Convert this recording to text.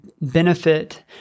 benefit